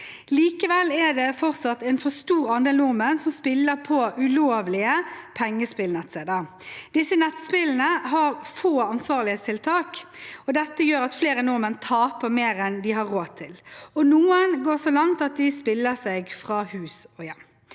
Likevel er det fortsatt en for stor andel nordmenn som spiller på ulovlige pengespillnettsteder. Disse nettspillene har få ansvarlighetstiltak. Dette gjør at flere nordmenn taper mer enn de har råd til, og noen går så langt at de spiller seg fra hus og hjem.